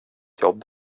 jobb